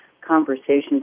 conversations